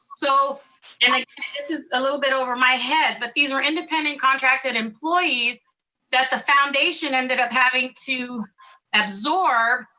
so and like this is a little bit over my head, but these were independent contracted employees that the foundation ended up having to absorb,